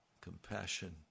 compassion